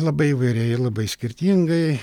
labai įvairiai ir labai skirtingai